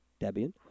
Debian